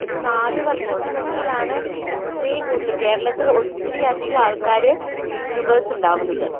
ഒരു നാല് വർഷത്തിനുള്ളിലാണ് ഇത്രയും കൂടുതല് കേരളത്തില് ഒത്തിരി അധികം ആൾക്കാര് യൂട്യൂബേർസ് ഉണ്ടാവുന്നത്